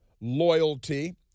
loyalty